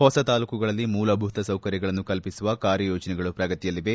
ಹೊಸ ತಾಲ್ಲೂಕುಗಳಲ್ಲಿ ಮೂಲಭೂತ ಸೌಕರ್ಯಗಳನ್ನು ಕಲ್ಪಿಸುವ ಕಾರ್ಯಯೋಜನೆಗಳು ಶ್ರಗತಿಯಲ್ಲಿವೆ